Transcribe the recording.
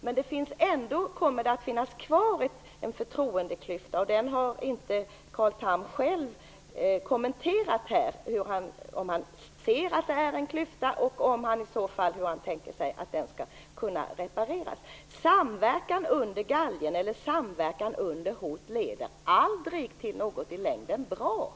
Men det kommer ändå att finnas kvar en förtroendeklyfta, och den har inte Carl Tham kommenterat. Ser han att det är en klyfta, och hur tänker han sig i så fall att den skall kunna repareras? Samverkan under galgen eller samverkan under hot leder aldrig till något som är bra i längden.